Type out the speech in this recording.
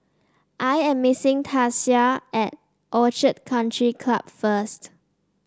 I am meeting Tasia at Orchid Country Club first